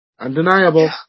Undeniable